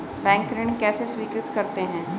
Bank ऋण कैसे स्वीकृत करते हैं?